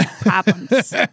problems